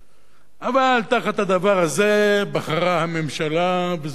אבל תחת הדבר הזה בחרה הממשלה, וזרועותיה,